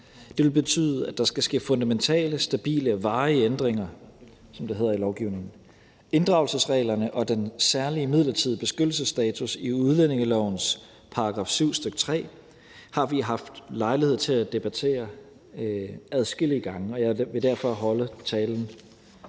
Det vil betyde, at der skal ske fundamentale, stabile og varige ændringer, som det hedder i lovgivningen. Inddragelsesreglerne og den særlige midlertidige beskyttelsesstatus i udlændingelovens § 7, stk. 3, har vi haft lejlighed til at debattere adskillige gange, og jeg vil derfor holde talen